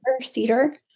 Cedar